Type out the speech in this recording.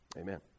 amen